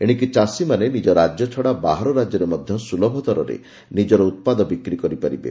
ଏଶିକି ଚାଷୀମାନେ ନିଜ ରାଜ୍ୟ ଛଡା ବାହାର ରାଜ୍ୟରେ ମଧ୍ୟ ସ୍କୁଲଭ ଦରରେ ନିଜର ଉତ୍ପାଦ ବିକ୍ରି କରିପାରିବେ